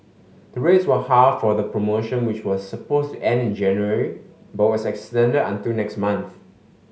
the rates were halved for the promotion which was supposed to end in January but was extended until next month